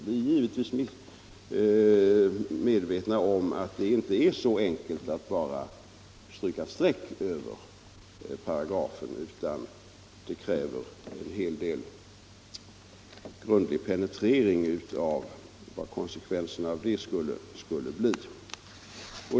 Vi är givetvis medvetna om att det inte är så enkelt som att bara stryka ett streck över paragrafen, utan att det krävs en hel del penetrering av vilka konsekvenserna av detta skulle bli.